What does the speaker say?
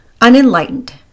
unenlightened